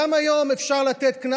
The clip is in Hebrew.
אני רק יודע שכבר, מה אמר יריב לוין?